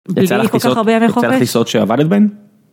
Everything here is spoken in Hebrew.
יצא לך טיסות שעבדת בהם.